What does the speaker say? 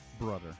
brother